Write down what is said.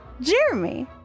jeremy